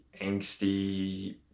angsty